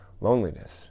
loneliness